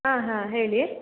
ಹಾಂ ಹಾಂ ಹೇಳಿ